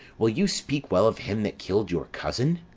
will you speak well of him that kill'd your cousin?